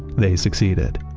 they succeeded.